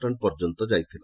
ଶ୍ତ ପର୍ଯ୍ୟନ୍ତ ଯାଇଥିଲା